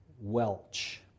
Welch